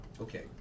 Okay